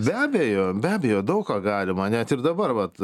be abejo be abejo daug ką galima net ir dabar vat